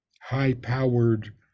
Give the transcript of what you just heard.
high-powered